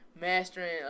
mastering